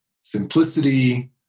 simplicity